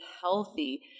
healthy